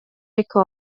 recò